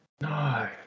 No